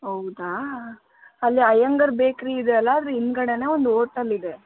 ಹೌದಾ ಅಲ್ಲಿ ಅಯ್ಯಂಗಾರ್ ಬೇಕ್ರಿ ಇದೆ ಅಲ್ವಾ ಅದರ ಹಿಂದುಗಡೆನೇ ಒಂದು ಹೋಟಲ್ ಇದೆ